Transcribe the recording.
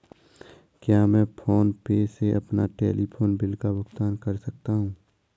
क्या मैं PhonePe से अपने टेलीफोन बिल का भुगतान कर सकता हूँ?